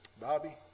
Bobby